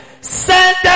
Send